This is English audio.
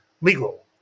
legal